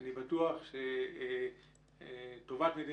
שאני בטוח שטובת מדינת ישראל עומדת לפניה.